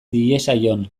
diezaion